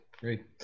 great